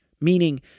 Meaning